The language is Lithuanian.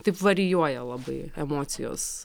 taip varijuoja labai emocijos